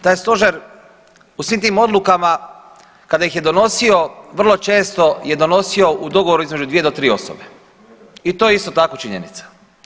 Taj Stožer u svim tim odlukama kada ih je donosio vrlo često je donosio u dogovoru između dvije do tri osobe i to je isto tako činjenica.